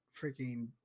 freaking